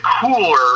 cooler